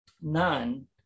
None